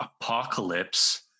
apocalypse